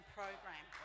program